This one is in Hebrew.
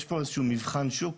יש פה איזשהו מבחן שוק